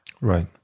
Right